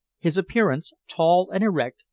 his appearance, tall and erect,